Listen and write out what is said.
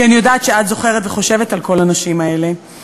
כי אני יודעת שאת זוכרת וחושבת על כל הנשים האלה,